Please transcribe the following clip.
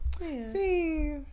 See